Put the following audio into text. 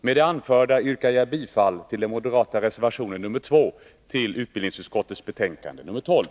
Med det anförda yrkar jag bifall till den moderata reservationen nr 2 till utbildningsutskottets betänkande nr 12.